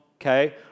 okay